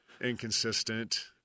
inconsistent